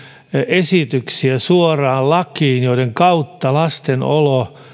esityksiä joiden kautta lasten olo